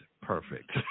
perfect